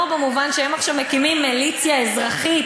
לא במובן שהם עכשיו מקימים מיליציה אזרחית